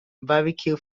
barbecue